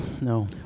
no